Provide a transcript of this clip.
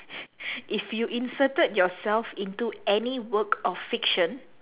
if you inserted yourself into any work of fiction